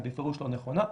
היא בפירוש לא נכונה.